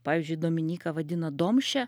pavyzdžiui dominyką vadina domše